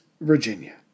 Virginia